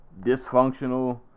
dysfunctional